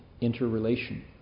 interrelation